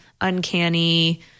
uncanny